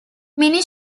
mini